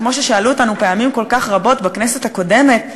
כמו ששאלו אותנו פעמים כל כך רבות בכנסת הקודמת: